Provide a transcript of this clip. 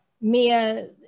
Mia